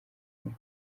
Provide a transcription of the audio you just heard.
muri